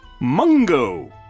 Mungo